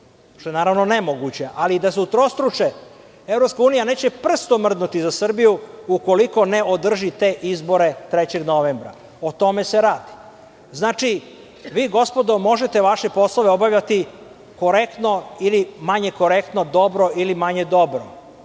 što je, naravno, nemoguće, ali i da se utrostruče, EU neće prstom mrdnuti za Srbiju ukoliko ne održi te izbore 3. novembra. O tome se radi. Znači, gospodo, možete vaše poslove obavljati korektno ili manje korektno, dobro ili manje dobro.